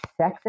sexist